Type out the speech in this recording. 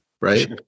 right